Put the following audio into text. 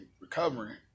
recovering